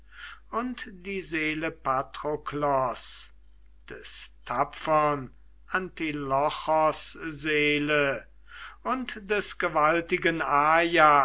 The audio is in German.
und die seele patroklos des tapfern antilochos seele und des gewaltigen ajas